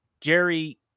Jerry